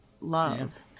love